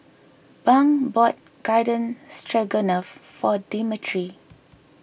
Bunk bought Garden Stroganoff for Dimitri